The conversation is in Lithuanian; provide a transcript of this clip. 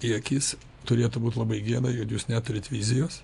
į akis turėtų būt labai gėda jog jūs neturit vizijos